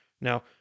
Now